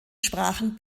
sprachen